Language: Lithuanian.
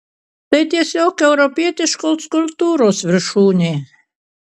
tai tiesiog europietiškos kultūros viršūnė